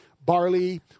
barley